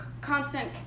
constant